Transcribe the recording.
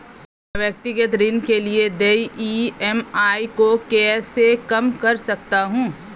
मैं व्यक्तिगत ऋण के लिए देय ई.एम.आई को कैसे कम कर सकता हूँ?